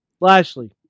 lashley